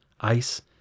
ICE